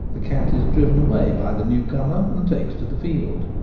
the cat is driven away by the new comer and takes to the field.